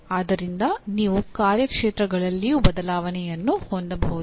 ಆದ್ದರಿಂದ ನೀವು ಕಾರ್ಯಕ್ಷೇತ್ರಗಳಲ್ಲಿಯೂ ಬದಲಾವಣೆಯನ್ನು ಹೊಂದಬಹುದು